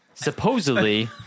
Supposedly